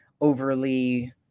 overly